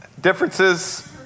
Differences